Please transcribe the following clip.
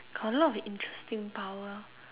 got a lot of interesting power